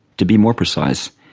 to be more precise,